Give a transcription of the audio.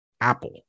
Apple